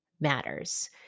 matters